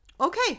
Okay